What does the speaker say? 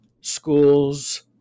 schools